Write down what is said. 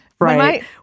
Right